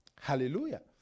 Hallelujah